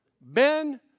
Ben